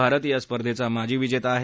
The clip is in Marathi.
भारत या स्पर्धेचा माजी विजेता आहे